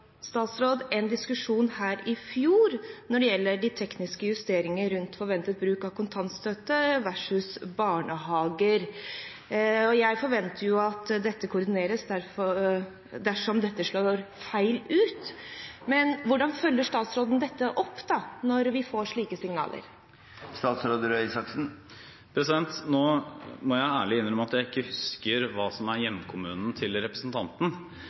en diskusjon her i fjor når det gjaldt de tekniske justeringer rundt forventet bruk av kontantstøtte versus barnehager. Jeg forventer at dette koordineres dersom dette slår feil ut. Hvordan følger statsråden dette opp, når vi får slike signaler? Nå må jeg ærlig innrømme at jeg ikke husker hva som er hjemkommunen til representanten.